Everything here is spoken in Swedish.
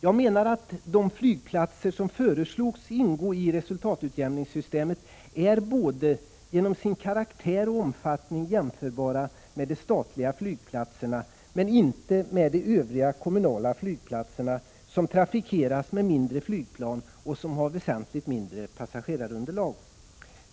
Jag menar att de flygplatser som föreslogs ingå i resultatutjämningssystemet både genom sin karaktär och sin omfattning är jämförbara med de statliga flygplatserna, men inte med de övriga kommunala flygplatserna som trafikeras med mindre flygplan och som har väsentligt mindre passagerarunderlag.